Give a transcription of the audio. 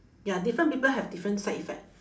ya different people have different side effect